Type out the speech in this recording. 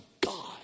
God